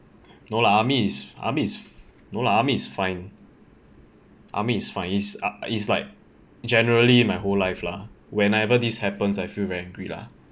no lah army is army is no lah army is fine army is fine it's ah it's like generally my whole life lah whenever this happens I feel very angry lah